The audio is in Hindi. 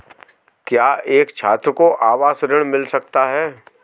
क्या एक छात्र को आवास ऋण मिल सकता है?